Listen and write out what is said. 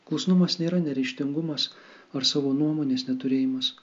klusnumas nėra neryžtingumas ar savo nuomonės neturėjimas